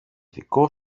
δικό